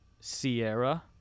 Sierra